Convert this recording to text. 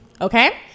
Okay